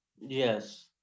Yes